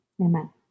Amen